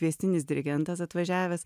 kviestinis dirigentas atvažiavęs